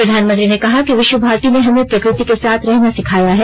प्रधानमंत्री ने कहा कि विश्वभारती ने हमें प्रकृति के साथ रहना सिखाया है